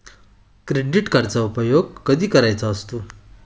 Credit कार्डचा उपयोग कधी करायचा असतो?